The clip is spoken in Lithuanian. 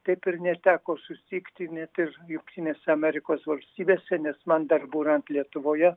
taip ir neteko sutikti net ir jungtinėse amerikos valstybėse nes man dar būnant lietuvoje